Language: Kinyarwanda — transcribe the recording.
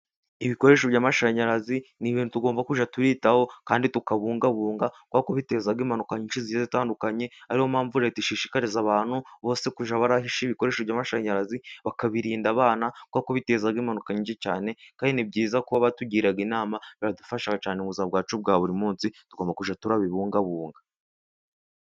Ibikoresho by'amashanyarazi, ni ibintu tugomba kujya twitaho, kandi tukabungabunga, kuberako kubiteza impanuka nyinshi zigiye zitandukanye. Akaba ariyo mpamvu leta ishishikariza abantu bose kujya bahisha ibikoresho by'amashanyarazi, bakabirinda abana, kuko biteza impanuka nyinshi cyane. Kandi ni byiza kuba batugira inama, biradufasha cyane mu buzima bwacu bwa buri munsi tugomba kujya tubibungabunga.